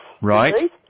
Right